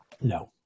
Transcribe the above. No